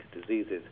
diseases